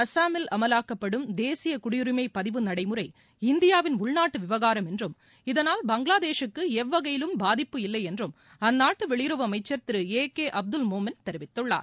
அசாமில் அமலாக்கப்படும் தேசிய குடியுரிமை பதிவு நடைமுறை இந்தியாவின் உள்நாட்டு விவகாரம் என்றும் இதனால் பங்களாதேஷ் க்கு எவ்வகையிலும் பாதிப்பு இல்லை என்றும் அந்நாட்டு வெளியுறவு அமைச்சர் திரு ஏ கே அப்துல் மோமென் தெரிவித்துள்ளார்